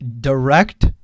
direct